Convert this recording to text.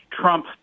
Trump